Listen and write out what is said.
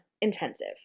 intensive